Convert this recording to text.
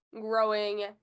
growing